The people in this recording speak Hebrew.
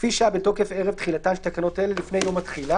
כפי שהיה בתוקף ערב תחילתן של תקנות אלה לפני יום התחילה.